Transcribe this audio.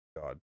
God